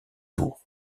tours